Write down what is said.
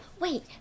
wait